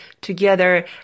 together